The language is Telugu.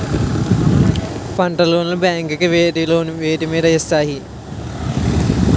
పంట లోన్ లు బ్యాంకులు వేటి మీద ఇస్తాయి?